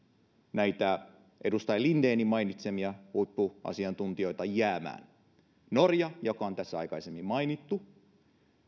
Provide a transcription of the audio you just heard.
näitä edustaja lindenin mainitsemia huippuasiantuntijoita jäämään norjassa joka on tässä aikaisemmin mainittu